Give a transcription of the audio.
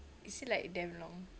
is it like damn long